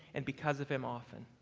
and because of him often.